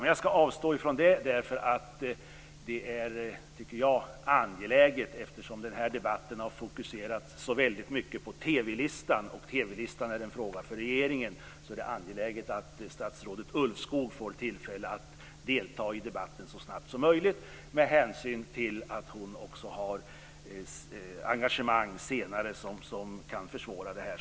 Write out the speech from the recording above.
Jag skall dock avstå från det. Eftersom debatten så mycket har fokuserats på TV-listan och TV-listan är en fråga för regeringen är det angeläget att statsrådet Ulvskog får tillfälle att så snabbt som möjligt delta i debatten; detta av hänsyn till att hon senare har engagemang som kan försvåra här.